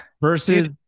versus